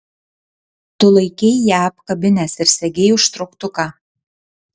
tu laikei ją apkabinęs ir segei užtrauktuką